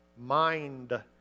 mind